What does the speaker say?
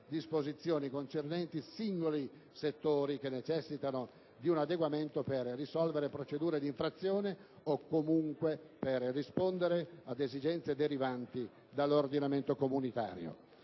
disposizioni concernenti singoli settori che necessitano di un adeguamento per risolvere procedure di infrazione o comunque per rispondere ad esigenze derivanti dall'ordinamento comunitario.